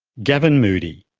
gavin moodie.